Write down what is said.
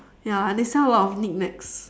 ya and they sell a lot of knick knacks